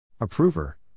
Approver